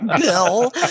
Bill